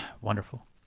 wonderful